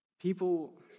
people